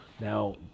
Now